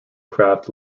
craft